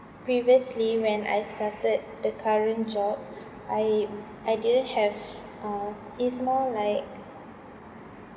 previously when I accepted the current job I I didn't have uh is more like